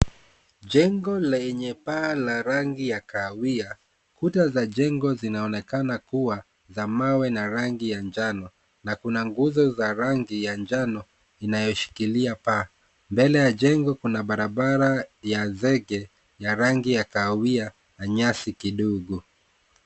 Jengo lenye paa la rangi ya kahawia, kuta za jengo zinaonekana kuwa za mawe na rangi ya njano na kuna nguzo za rangi ya njano inayoshikilia paa. Mbele ya jengo kuna barabara ya zege ya rangi ya kahawia na nyasi kidogo.